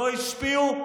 לא השפיעו,